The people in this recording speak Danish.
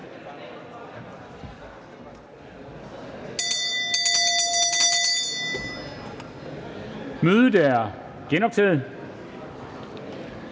Mødet er genoptaget.